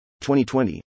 2020